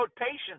patience